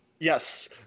Yes